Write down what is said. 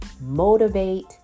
motivate